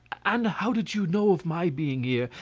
and how did you know of my being here?